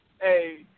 Hey